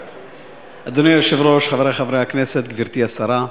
אדוני היושב-ראש, חברי חברי הכנסת, גברתי השרה,